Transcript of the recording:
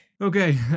Okay